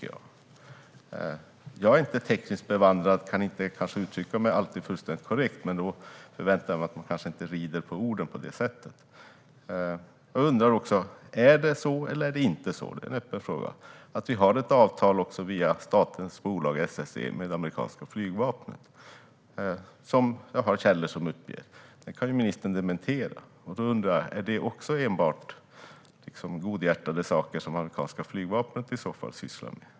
Jag är inte tekniskt bevandrad, och jag kan inte alltid uttrycka mig fullständigt korrekt, men då förväntar jag mig att man inte rider på orden på det sättet. Är det så eller är det inte så - det är en öppen fråga - att Sverige har ett avtal via statens bolag SSC med det amerikanska flygvapnet? Jag har källor som uppger detta. Det kan ministern dementera. Är det enbart godhjärtade saker som det amerikanska flygvapnet sysslar med?